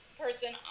person